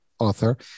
Author